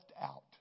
out